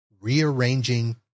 rearranging